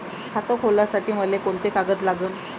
खात खोलासाठी मले कोंते कागद लागन?